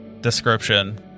description